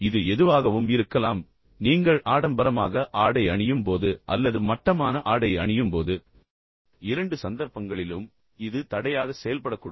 இது எதுவாகவும் இருக்கலாம் நீங்கள் ஆடம்பரமாக ஆடை அணியும் போது அல்லது நீங்கள் மட்டமான ஆடை அணியும்போது இரண்டு சந்தர்ப்பங்களிலும் இது தடையாக செயல்படக்கூடும்